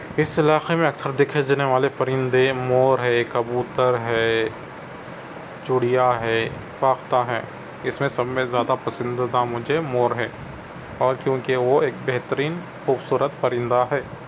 اس علاقے میں اکثر دیکھے جانے والے پرندے مور ہے کبوتر ہے چڑیا ہے فاختہ ہے اس میں سب میں زیادہ پسندیدہ مجھے مور ہے اور کیونکہ وہ ایک بہترین خوبصورت پرندہ ہے